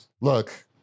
Look